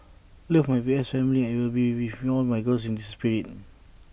love my V S family and will be with all my girls in spirit